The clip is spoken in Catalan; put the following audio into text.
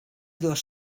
dos